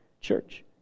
church